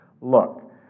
Look